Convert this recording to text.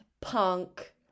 punk